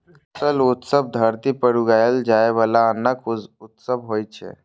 फसल उत्सव धरती पर उगाएल जाइ बला अन्नक उत्सव होइ छै